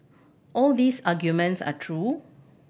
all these arguments are true